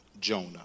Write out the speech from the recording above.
Jonah